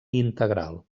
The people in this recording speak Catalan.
integral